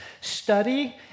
study